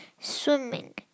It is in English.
swimming